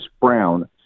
Brown